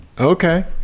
Okay